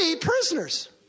prisoners